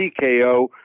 TKO